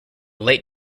late